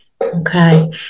okay